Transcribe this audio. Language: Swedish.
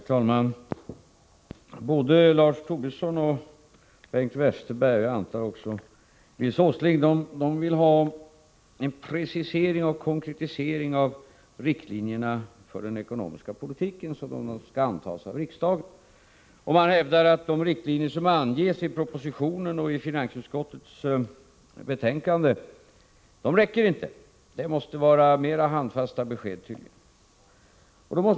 Herr talman! Både Lars Tobisson och Bengt Westerberg — och jag antar också Nils Åsling — vill ha en precisering av riktlinjerna för den ekonomiska politik som skall antas av riksdagen. De hävdar att de riktlinjer som anges i propositionen och i finansutskottets betänkande inte räcker. Det måste tydligen vara mer handfasta besked.